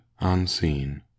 unseen